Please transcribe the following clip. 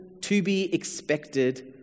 to-be-expected